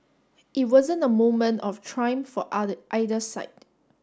it wasn't a moment of triumph for either side